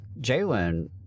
Jalen